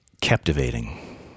captivating